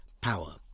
power